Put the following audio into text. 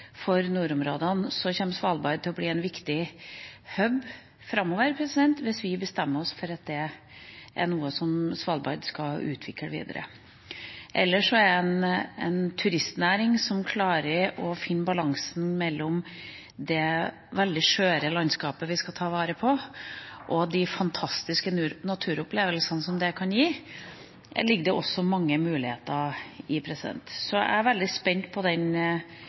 for nordområdene. Svalbard kommer til å bli en viktig «hub» framover hvis vi bestemmer oss for at det er noe som Svalbard skal utvikle videre. Ellers ligger det også mange muligheter i en turistnæring som klarer å finne balansen mellom det veldig skjøre landskapet vi skal ta vare på, og de fantastiske naturopplevelsene som det kan gi. Jeg er veldig spent på den